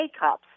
cups